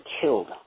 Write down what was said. killed